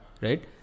right